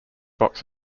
box